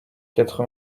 quatre